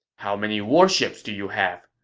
how many warships do you have?